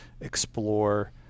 explore